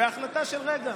בהחלטה של רגע.